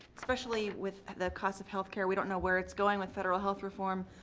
especially with the cost of health care, we don't know where it's going with federal health reform.